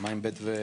מה עם (ב)?